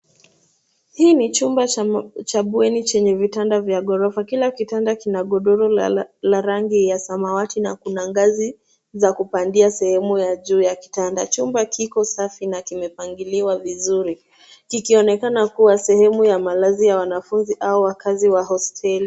Hii ni chumba cha bweni chenye vitanda vya ghorofa. Kila kitanda kina godoro la rangi ya samawati na kuna ngazi za kupandia sehemu ya juu ya kitanda. Chumba Kiko safi na kimepangiliwa vizuri. Kikionekana kuwa sehemu ya Malazi ya wanafunzi au wakazi wa hosteli.